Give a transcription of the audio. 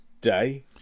Day